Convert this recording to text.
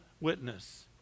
witness